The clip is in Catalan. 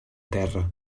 terra